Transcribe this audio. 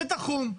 שטח חום,